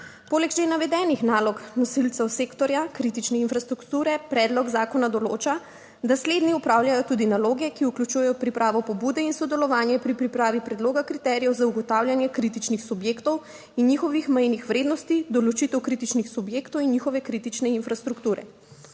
Poleg že navedenih nalog nosilcev sektorja kritične infrastrukture, predlog zakona določa, da slednji opravljajo tudi naloge, ki vključujejo pripravo pobude in sodelovanje pri pripravi predloga kriterijev za ugotavljanje kritičnih subjektov in njihovih mejnih vrednosti, določitev kritičnih subjektov in njihove kritične infrastrukture.